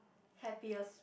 happiest